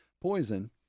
poison